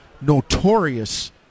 notorious